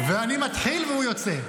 ואני מתחיל והוא יוצא.